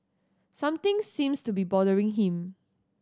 something seems to be bothering him